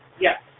Yes